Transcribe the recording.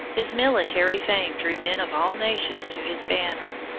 his military fame drew men of all nations to his banner.